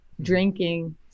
drinking